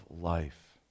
life